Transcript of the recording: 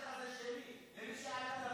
אומרת: השטח הזה שלי, מה זה קשור?